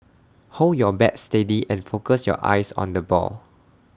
hold your bat steady and focus your eyes on the ball